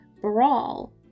brawl